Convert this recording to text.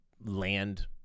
land